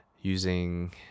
using